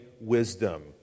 wisdom